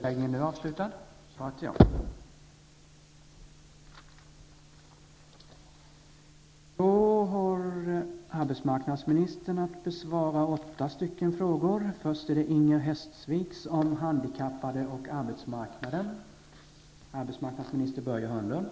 Fru talman! Tack för dessa vänliga ord, försvarsministern. Jag bjuder gärna på sakkunskapen. Jag förstår att den behövs.